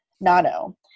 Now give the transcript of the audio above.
Nano